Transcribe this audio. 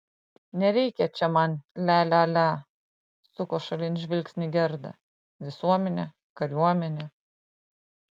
nereikia čia man lia lia lia suko šalin žvilgsnį gerda visuomenė kariuomenė